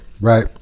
Right